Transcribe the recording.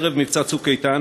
ערב מבצע "צוק איתן",